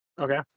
Okay